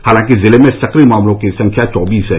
हालांकि जिले में सक्रिय मामलों की संख्या चौबीस है